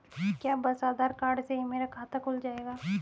क्या बस आधार कार्ड से ही मेरा खाता खुल जाएगा?